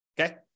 Okay